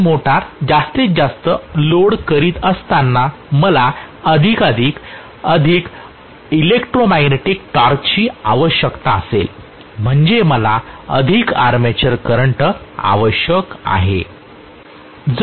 आपण मोटर जास्तीत जास्त लोड करीत असताना मला अधिक इलेक्ट्रोमॅग्नेटिक टॉर्कची आवश्यकता असेल म्हणजे मला अधिक आर्मेचर करंट आवश्यक आहे